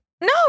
no